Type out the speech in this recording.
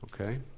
Okay